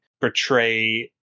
portray